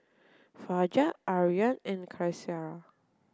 Fajar Aryan and Qaisara